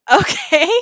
Okay